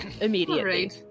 immediately